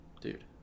Dude